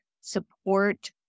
support